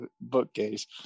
bookcase